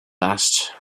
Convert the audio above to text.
last